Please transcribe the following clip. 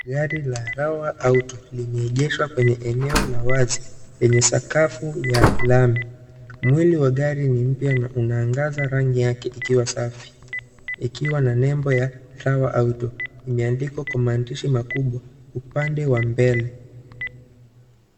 Gari la rawa auto limeegeshwa kwenye eneo la wazi yenye sakafu ya lami. Mwili wa gari ni mya na unaangaza rangi yake ikiwa safi ikiwa na nembo ya Rawa auto imeandikwa kwa maandishi makubwa upande wa mbele.